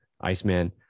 Iceman